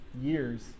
years